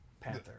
Panther